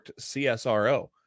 CSRO